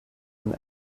and